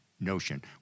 notion